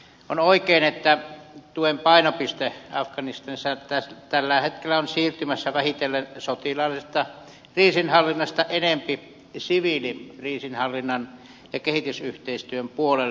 on oikein että tuen painopiste afganistanissa tällä hetkellä on siirtymässä vähitellen sotilaallisesta kriisinhallinnasta enempi siviilikriisinhallinnan ja kehitysyhteistyön puolelle